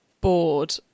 bored